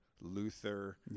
Luther